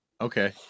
Okay